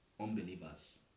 unbelievers